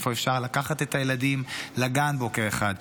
איפה אפשר לקחת את הילדים לגן בוקר אחד,